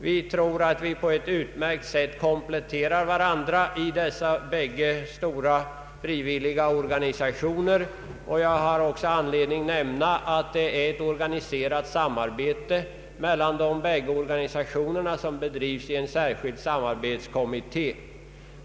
Vi tror att vi på ett utmärkt sätt kompletterar varandra i dessa båda stora frivilliga organisationer, och jag har också anledning nämna att ett organiserat samarbete mellan de bägge organisationerna bedrivs i en särskild samarbetskommitté.